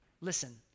Listen